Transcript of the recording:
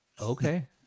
Okay